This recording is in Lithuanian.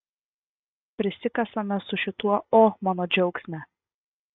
prisikasame su šituo o mano džiaugsme